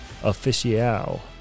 Official